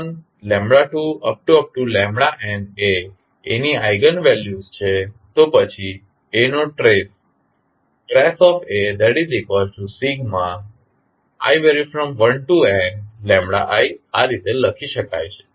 n એ A ની eigenvalues છે તો પછી A નો ટ્રેસ tr i1ni આ રીતે લખી શકાય છે